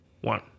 one